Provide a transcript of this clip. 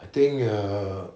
I think err